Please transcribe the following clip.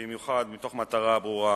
מתוך כוונה ברורה